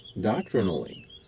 doctrinally